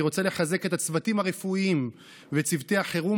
אני רוצה לחזק את הצוותים הרפואיים וצוותי החירום